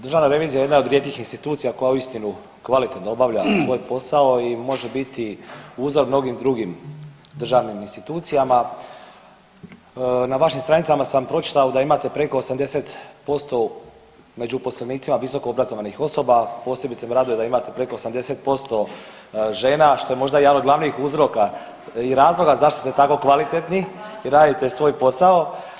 Državna revizija jedna je od rijetkih institucija koja uistinu kvalitetno obavlja svoj posao i može biti uzrok mnogim drugim državnim institucijama, na vašim stranicama sam pročitao da imate preko 80% među uposlenicima visokoobrazovanih osoba, posebice me raduje da imate preko 80% žena, što je možda jedan od glavnih uzroka i razloga zašto ste tako kvalitetni i radite svoj posao.